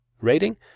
Rating